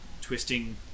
twisting